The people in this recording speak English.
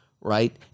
Right